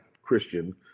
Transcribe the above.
Christian